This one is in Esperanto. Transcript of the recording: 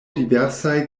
diversaj